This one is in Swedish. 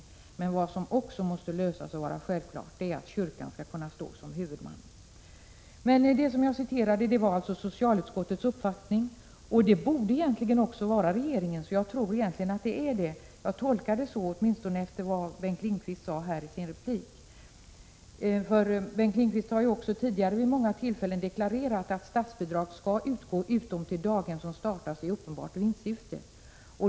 Men vad som också måste lösas är frågan om kyrkan skall kunna vara huvudman. Det jag citerade var alltså socialutskottets uppfattning, och egentligen borde den också vara regeringens. Jag tolkade Bengt Lindqvists uttalande här så. Bengt Lindqvist har tidigare vid flera tillfällen deklarerat att statsbidrag skall utgå utom till daghem som startas i uppenbart vinstsyfte.